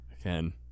Again